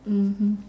mmhmm